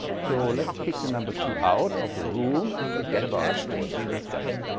so let's kick the number two out of the room and forget about it for this discussion.